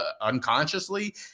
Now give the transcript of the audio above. unconsciously